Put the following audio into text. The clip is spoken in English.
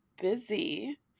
busy